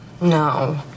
no